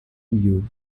you